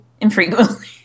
infrequently